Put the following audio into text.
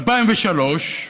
ב-2003,